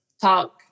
talk